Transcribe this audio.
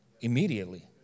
immediately